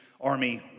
Army